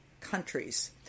countries